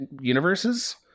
universes